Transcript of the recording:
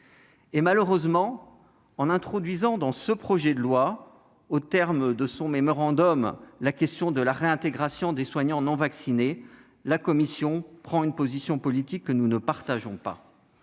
Malheureusement, en introduisant dans le projet de loi, au terme de son mémorandum, la question de la réintégration des soignants non vaccinés, la commission prend une position politique que nous ne partageons pas.